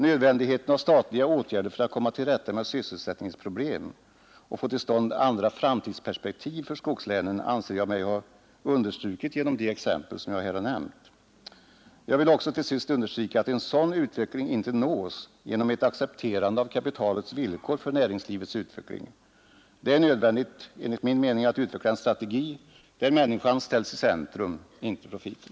Nödvändigheten av statliga åtgärder för att komma till rätta med sysselsättningsproblemen och för att skapa andra framtidsperspektiv för skogslänen anser jag mig ha understrukit genom de exempel jag här har lämnat. Jag vill också till sist understryka att en sådan utveckling inte nås genom ett accepterande av kapitalets villkor för näringslivets utveckling. Det är nödvändigt att utveckla en strategi där människan ställs i centrum, inte profiten.